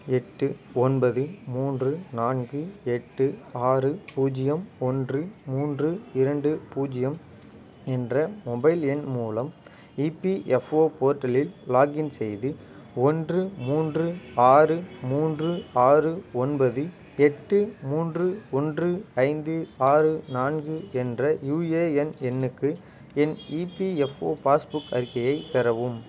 எட்டு ஒன்பது மூன்று நான்கு எட்டு ஆறு பூஜ்ஜியம் ஒன்று மூன்று இரண்டு பூஜ்ஜியம் என்ற மொபைல் எண் மூலம் இபிஎஃப்ஓ போர்ட்டலில் லாகின் செய்து ஒன்று மூன்று ஆறு மூன்று ஆறு ஒன்பது எட்டு மூன்று ஒன்று ஐந்து ஆறு நான்கு என்ற யுஏஎன் எண்ணுக்கு என் இபிஎஃப்ஓ பாஸ்புக் அறிக்கையை பெறவும்